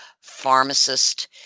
pharmacist